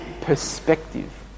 perspective